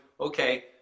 okay